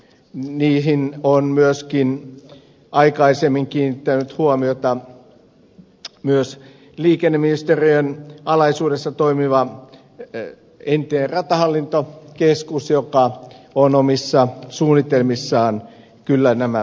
niihin on myöskin aikaisemmin kiinnittänyt huomiota liikenneministeriön alaisuudessa toimiva entinen ratahallintokeskus joka on omissa suunnitelmissaan kyllä nämä huomioinut